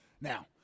Now